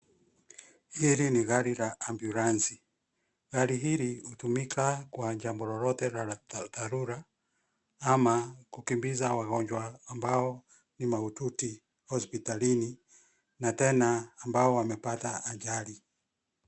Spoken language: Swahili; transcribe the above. Hili ni gari la ambulansi. Gari hili hutumika kwa jambo lolote la dharura ama kukimbiza wagonjwa ambao ni mahututi hospitalini, na tena ambao wamepata ajali.